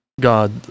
God